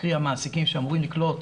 קרי המעסיקים שאמורים לקלוט